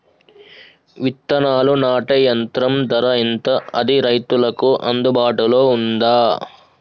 విత్తనాలు నాటే యంత్రం ధర ఎంత అది రైతులకు అందుబాటులో ఉందా?